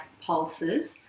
pulses